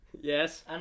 Yes